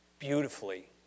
Beautifully